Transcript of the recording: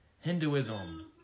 Hinduism